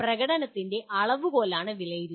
പ്രകടനത്തിൻ്റെ അളവുകോലാണ് വിലയിരുത്തൽ